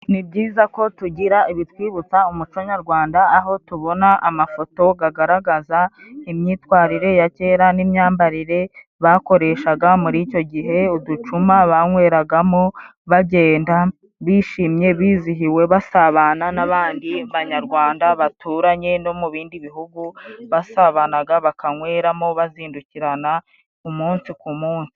Ni byiza ko tugira ibitwibutsa umuco nyarwanda, aho tubona amafoto gagaragaza imyitwarire ya kera n'imyambarire bakoreshaga muri icyo gihe, uducuma banyweragamo, bagenda bishimye bizihiwe, basabana n'abandi banyarwanda baturanye, no mu bindi bihugu basabanaga, bakanyweramo bazindukirana umunsi ku munsi.